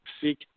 Seek